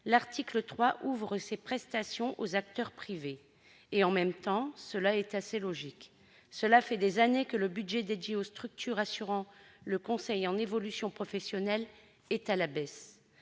L'article 3 ouvre ces prestations aux acteurs privés. C'est finalement assez logique, puisque depuis des années, le budget dédié aux structures assurant le conseil en évolution professionnelle est à la baisse